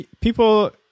people